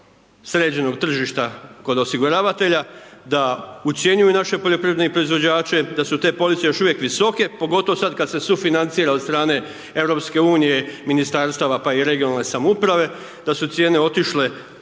sređenog tržišta kod osiguravatelja, da ucjenjuju naše poljoprivredne proizvođače, da su te police još uvijek visoke, pogotovo sad kad se sufinancira od strane EU, Ministarstava, pa i regionalne samouprave, da su cijene otišle